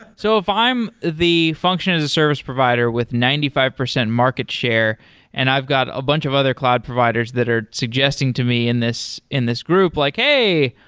so if i'm the function as a service provider with ninety five percent market share and i've got a bunch of other cloud providers that are suggesting to me in this in this group like, hey,